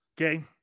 okay